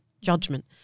judgment